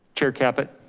chair caput?